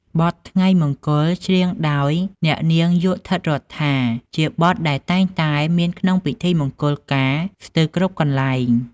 បទ "ថ្ងៃមង្គល" ច្រៀងដោយលោកស្រី យក់ ឋិតរដ្ឋា ជាបទដែលតែងតែមានក្នុងពិធីមង្គលការស្ទើរគ្រប់កន្លែង។